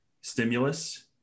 stimulus